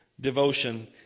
Devotion